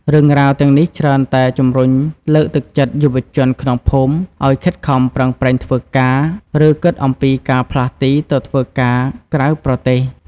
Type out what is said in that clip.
រឿងរ៉ាវទាំងនេះច្រើនតែជំរុញលើកទឹកចិត្តយុវជនក្នុងភូមិឲ្យខិតខំប្រឹងប្រែងធ្វើការ ឬគិតអំពីការផ្លាស់ទីទៅធ្វើការក្រៅប្រទេស។